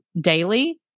daily